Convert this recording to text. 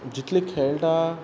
जितल खेळटा